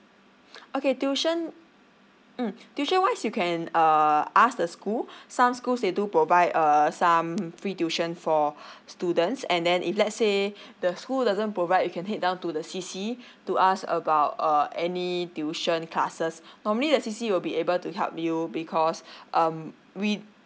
okay tuition mm tuition wise you can err ask the school some schools they do provide err some free tuition for students and then if let's say the school doesn't provide you can head down to the C_C to ask about uh any tuition classes normally the C_C will be able to help you because um we